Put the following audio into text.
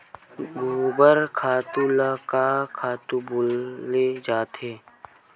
गोबर खातु ल का खातु बोले जाथे?